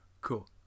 cool